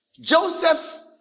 Joseph